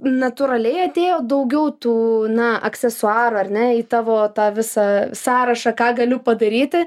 natūraliai atėjo daugiau tų na aksesuarų ar ne į tavo tą visą sąrašą ką galiu padaryti